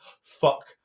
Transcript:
fuck